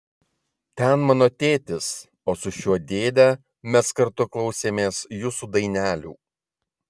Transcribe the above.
ten mano tėtis o su šiuo dėde mes kartu klausėmės jūsų dainelių